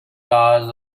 hours